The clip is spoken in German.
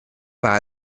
war